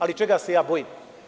Ali, čega se ja bojim?